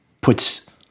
puts